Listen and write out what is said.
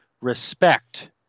respect